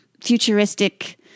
futuristic